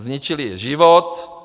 Zničili jí život.